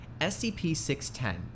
SCP-610